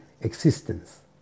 existence